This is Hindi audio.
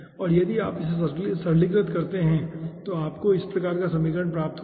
और यदि आप सरलीकरण करते हैं तो आपको इस प्रकार का समीकरण प्राप्त होगा